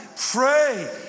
Pray